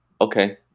okay